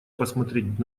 посмотреть